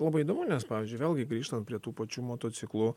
labai įdomu nes pavyzdžiui vėlgi grįžtant prie tų pačių motociklų